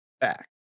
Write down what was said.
back